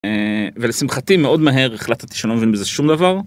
אה.. ולשמחתי מאוד מהר החלטתי שאני לא מבין בזה שום דבר.